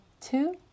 two